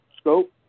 scope